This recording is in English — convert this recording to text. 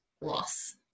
loss